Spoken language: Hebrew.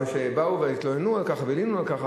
אבל כשבאו והתלוננו על כך והלינו על כך,